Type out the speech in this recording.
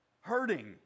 hurting